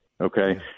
okay